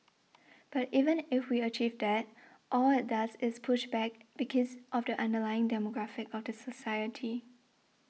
but even if we achieve that all it does is push back because of the underlying demographic of the society